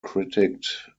critiqued